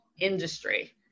industry